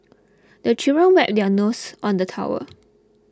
the children wipe their noses on the towel